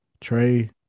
Trey